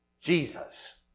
Jesus